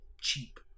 cheap